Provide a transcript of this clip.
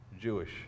jewish